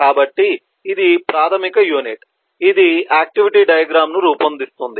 కాబట్టి ఇది ప్రాథమిక యూనిట్ ఇది ఆక్టివిటీ డయాగ్రమ్ ను రూపొందిస్తుంది